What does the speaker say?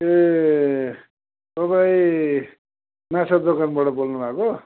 ए तपाईँ माछा दोकानबाट बोल्नुभएको